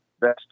best